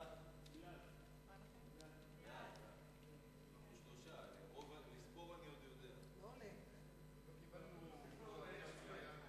ההצעה לכלול את הנושא בסדר-היום של הכנסת נתקבלה.